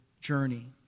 journey